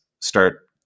start